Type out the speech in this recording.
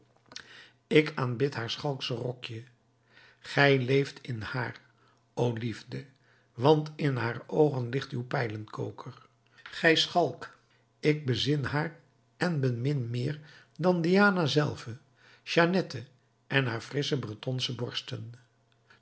ik aanbid haar schalksch rokje gij leeft in haar o liefde want in haar oogen ligt uw pijlenkoker gij schalk ik bezing haar en bemin meer dan diana zelve jeannette en haar frissche bretonsche borsten